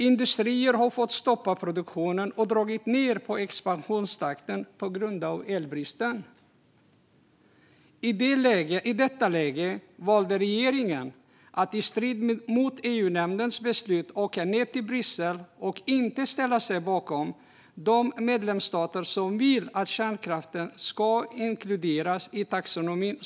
Industrier har fått stoppa produktionen och dra ned på expansionstakten på grund av elbristen. I detta läge valde regeringen att i strid mot EU-nämndens beslut åka ned till Bryssel och där inte ställa sig bakom de medlemsstater som vill att kärnkraften ska inkluderas som hållbar i taxonomin.